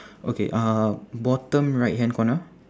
okay uh bottom right hand corner